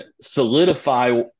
solidify